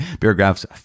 paragraphs